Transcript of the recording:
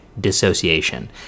dissociation